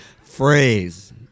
phrase